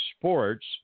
Sports